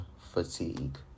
fatigue